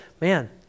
Man